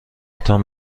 تان